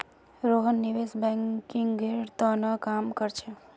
रोहन निवेश बैंकिंगेर त न काम कर छेक